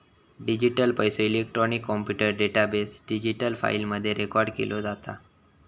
digital पैसो, electronic computer database, digital फाईली मध्ये रेकॉर्ड केलो जाता